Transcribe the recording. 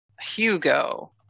Hugo